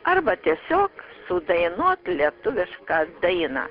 arba tiesiog sudainuot lietuvišką dainą